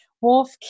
wolf